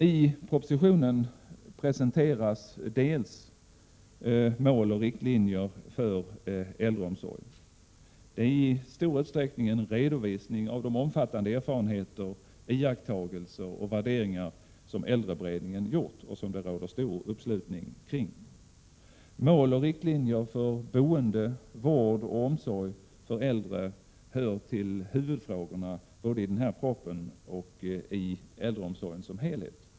I propositionen presenteras mål och riktlinjer för äldreomsorgen. Den innehåller i stor utsträckning en redovisning av de många erfarenheter, iakttagelser och värderingar som äldreberedningen gjort och som det råder stor uppslutning kring. Mål och riktlinjer för boende, vård och omsorg för äldre hör till huvudfrågorna både i denna proposition och när det gäller äldreomsorgen som helhet.